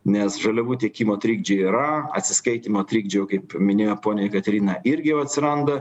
nes žaliavų tiekimo trikdžiai yra atsiskaitymo trikdžių jau kaip minėjo ponia jekaterina irgi jau atsiranda